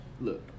Look